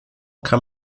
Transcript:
kann